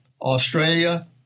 Australia